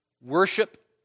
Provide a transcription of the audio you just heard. worship